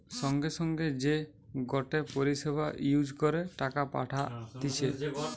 সঙ্গে সঙ্গে যে গটে পরিষেবা ইউজ করে টাকা পাঠতিছে